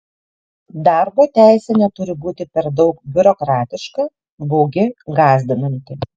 darbo teisė neturi būti per daug biurokratiška baugi gąsdinanti